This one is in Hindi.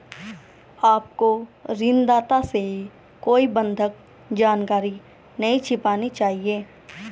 आपको ऋणदाता से कोई बंधक जानकारी नहीं छिपानी चाहिए